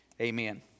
amen